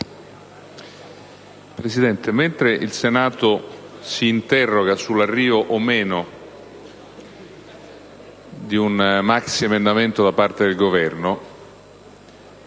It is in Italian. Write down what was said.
Presidente, mentre il Senato si interroga sulla presentazione o meno di un maxiemendamento da parte del Governo,